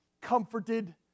comforted